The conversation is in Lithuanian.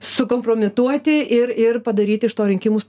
sukompromituoti ir ir padaryti iš to rinkimus